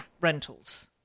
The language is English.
rentals